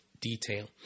detail